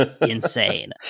insane